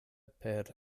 per